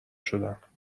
شدم